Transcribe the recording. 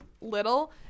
little